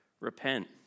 Repent